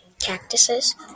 cactuses